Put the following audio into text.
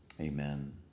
Amen